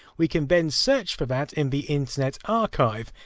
we can then search for that in the internet archive,